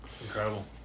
Incredible